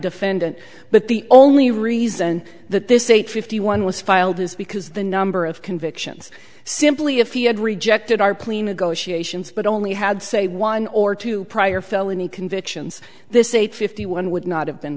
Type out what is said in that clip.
defendant but the only reason that this eight fifty one was filed is because the number of convictions simply if he had rejected are plea negotiations but only had say one or two prior felony convictions this is eight fifty one would not have been